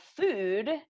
food